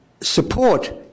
support